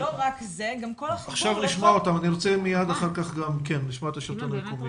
אם הם באמת רשומים?